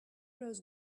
rose